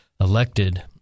elected